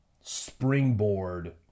springboard